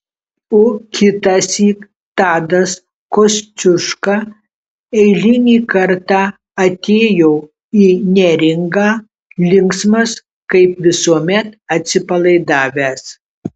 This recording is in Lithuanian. o kitąsyk tadas kosciuška eilinį kartą atėjo į neringą linksmas kaip visuomet atsipalaidavęs